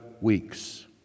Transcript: weeks